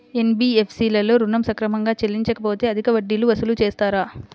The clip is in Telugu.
ఎన్.బీ.ఎఫ్.సి లలో ఋణం సక్రమంగా చెల్లించలేకపోతె అధిక వడ్డీలు వసూలు చేస్తారా?